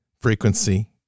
frequency